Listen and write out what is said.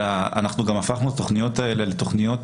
אנחנו גם הפכנו את התכניות האלה לתכניות